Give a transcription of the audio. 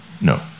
No